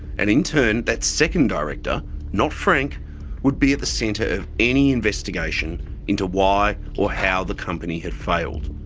and, in turn, that second director not frank would be at the centre of any investigation into why or how the company had failed,